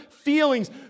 feelings